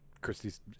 Christie's